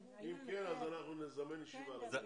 אם כן, נזמן ישיבה על זה.